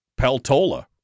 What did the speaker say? Peltola